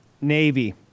Navy